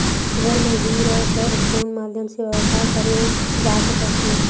घर म हि रह कर कोन माध्यम से व्यवसाय करे जा सकत हे?